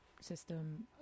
system